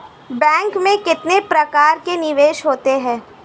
Bank में कितने प्रकार के निवेश होते हैं?